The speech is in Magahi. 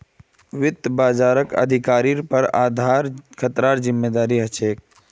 वित्त बाजारक अधिकारिर पर आधार खतरार जिम्मादारी ह छेक